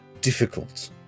difficult